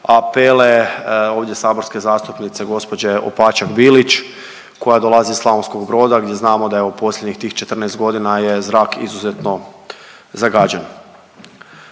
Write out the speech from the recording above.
apele ovdje saborske zastupnice gospođe Opačak-Bilić koja dolazi iz Slavonskog Broda gdje znamo da je u posljednjih tih 14 godina je zrak izuzetno zagađen.